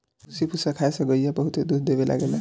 भूसी भूसा खाए से गईया बहुते दूध देवे लागेले